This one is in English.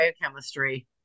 biochemistry